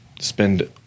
spend